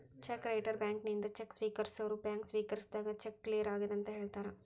check writer ಬ್ಯಾಂಕಿನಿಂದ cheque ಸ್ವೇಕರಿಸೋರ್ bank ಸ್ವೇಕರಿಸಿದಾಗ ಚೆಕ್ ಕ್ಲಿಯರ್ ಆಗೆದಂತ ಹೇಳ್ತಾರ